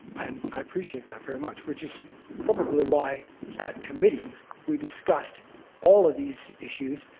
and i appreciate that very much. which is probably why at committee we discussed all of these issues,